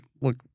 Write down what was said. look